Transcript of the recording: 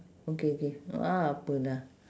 okay okay uh apa lah